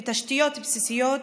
מתשתיות בסיסיות.